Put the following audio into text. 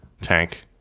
tank